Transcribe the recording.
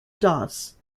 doss